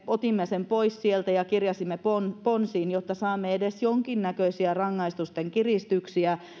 otimme sen pois sieltä ja kirjasimme ponsiin jotta saamme edes jonkinnäköisiä rangaistusten kiristyksiä